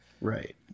Right